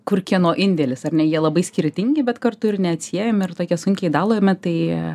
kur kieno indėlis ar ne jie labai skirtingi bet kartu ir neatsiejami ir tokie sunkiai dalomi tai